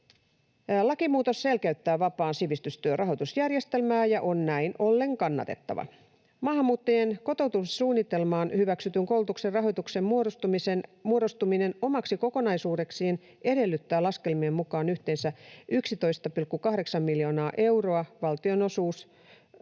Lakimuutos selkeyttää vapaan sivistystyön rahoitusjärjestelmää ja on näin ollen kannatettava. Maahanmuuttajien kotoutumissuunnitelmaan hyväksytyn koulutuksen rahoituksen muodostuminen omaksi kokonaisuudekseen edellyttää laskelmien mukaan yhteensä 11,8 miljoonaa euroa valtionosuusrahoitusta,